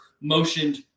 motioned